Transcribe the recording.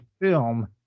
film